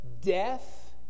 death